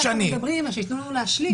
כדאי שייתנו לנו להשלים.